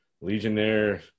legionnaire